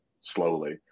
slowly